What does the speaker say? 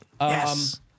Yes